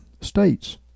states